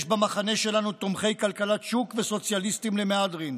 יש במחנה שלנו תומכי כלכלת שוק וסוציאליסטים למהדרין,